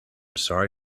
sorry